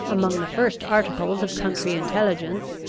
among the first articles of country intelligence,